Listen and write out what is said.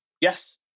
Yes